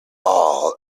all